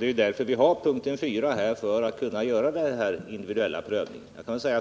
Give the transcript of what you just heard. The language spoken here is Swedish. Vi har ju punkt 4 för att kunna göra en individuell prövning.